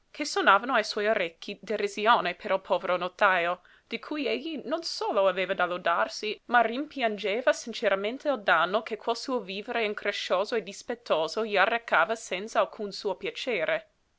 che sonavano ai suoi orecchi derisione per il povero notajo di cui egli non solo aveva da lodarsi ma rimpiangeva sinceramente il danno che quel suo vivere increscioso e dispettoso gli arrecava senza alcun suo piacere